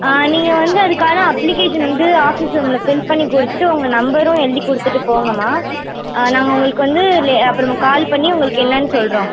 நீங்கள் வந்து அதுக்கான அப்ளிகேஷன் வந்து ஆஃபீஸ் ரூம்மில் ஃபில் பண்ணி கொடுத்துட்டு உங்கள் நம்பரும் எழுதிக் கொடுத்துட்டு போங்கம்மா நாங்கள் உங்களுக்கு வந்து லே அப்புறம் கால் பண்ணி உங்களுக்கு என்னென்னு சொல்கிறோம்